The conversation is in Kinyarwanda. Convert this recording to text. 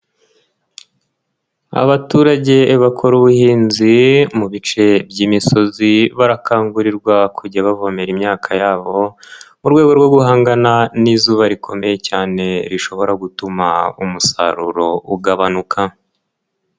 Abaturage bakora ubuhinzi mu bice by'imisozi, barakangurirwa kujya bavomera imyaka yabo mu rwego rwo guhangana n'izuba rikomeye cyane rishobora gutuma umusaruro ugabanuka.